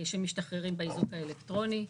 שמשתחררים באיזוק האלקטרוני.